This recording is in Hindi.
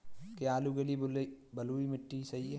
क्या आलू के लिए बलुई मिट्टी सही है?